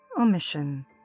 omission